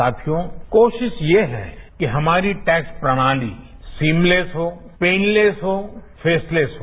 साथियों कोशिश ये हैकि हमारी टैक्स प्रणाली सिमलेस पेनलैस हो फेसलैस हो